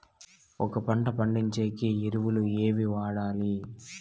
ఒక పంట పండించేకి ఎరువులు ఏవి వాడాలి?